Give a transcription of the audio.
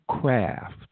craft